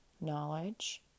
knowledge